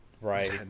right